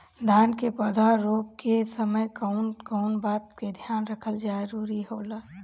धान के पौधा रोप के समय कउन कउन बात के ध्यान रखल जरूरी होला?